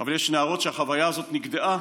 אבל יש נערות שהחוויה הזאת נגדעה